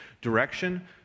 direction